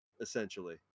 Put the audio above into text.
essentially